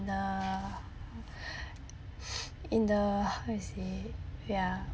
the in the what do I say wait ah